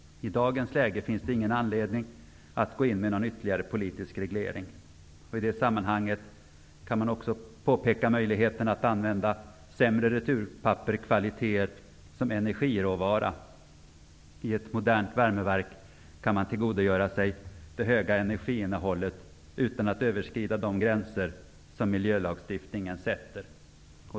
I dagens läge finns det ingen anledning att gå in med någon ytterligare politisk reglering. I det sammanhanget kan man också påpeka möjligheten att använda returpapper av sämre kvalitet som energiråvara. I ett modernt värmeverk kan man tillgodogöra sig det höga energiinnehållet utan att överskrida de gränser som miljölagstiftningen sätter.